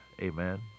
amen